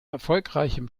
erfolgreichem